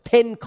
Ten